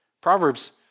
Proverbs